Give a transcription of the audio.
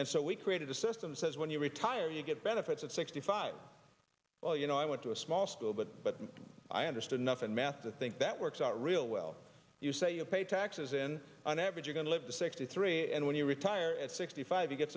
and so we created a system says when you retire you get benefits at sixty five well you know i went to a small school but but i understood enough and mass to think that works out real well you say you pay taxes in on average are going to live to sixty three and when you retire at sixty five you get